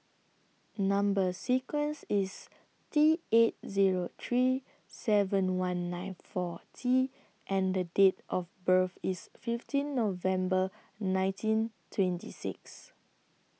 Number sequence IS T eight Zero three seven one nine four T and Date of birth IS fifteen November nineteen twenty six